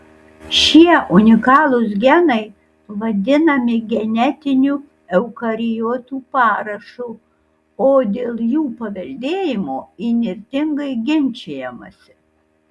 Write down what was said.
šie unikalūs genai vadinami genetiniu eukariotų parašu o dėl jų paveldėjimo įnirtingai ginčijamasi